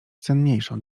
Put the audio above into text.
cenniejszą